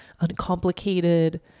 uncomplicated